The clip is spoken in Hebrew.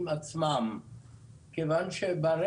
בבקשה.